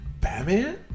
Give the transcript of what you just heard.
Batman